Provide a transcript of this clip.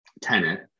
tenant